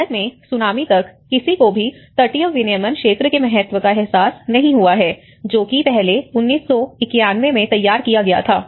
भारत में सुनामी तक किसी को भी तटीय विनियमन क्षेत्र के महत्व का एहसास नहीं हुआ है जो कि पहले 1991 में तैयार किया गया था